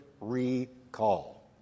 Recall